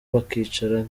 bakicara